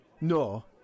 No